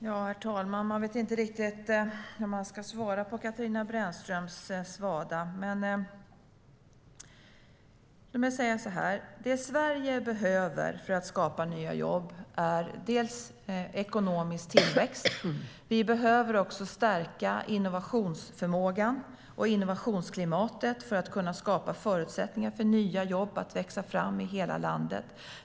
Herr talman! Man vet inte riktigt vad man ska svara på Katarina Brännströms svada, men låt mig säga så här: Det Sverige behöver för att skapa nya jobb är bland annat ekonomisk tillväxt. Vi behöver också stärka innovationsförmågan och innovationsklimatet för att kunna skapa förutsättningar för nya jobb att växa fram i hela landet.